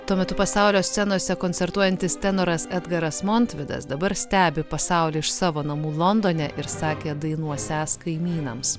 tuo metu pasaulio scenose koncertuojantis tenoras edgaras montvidas dabar stebi pasaulį iš savo namų londone ir sakė dainuosiąs kaimynams